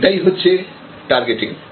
এটাই হচ্ছে টার্গেটিং